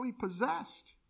possessed